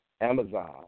Amazon